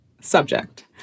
Subject